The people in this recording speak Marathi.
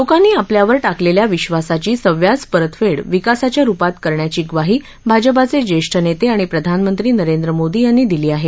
लोकांनी आपल्यावर टाकलेल्या विश्वासाची सव्याज परतफेड विकासाच्या रुपात करण्याची ग्वाही भाजपाचे ज्येष्ठ नेते आणि प्रधानमंत्री नरेंद्र मोदी यांनी दिली आहे